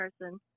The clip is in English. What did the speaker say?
person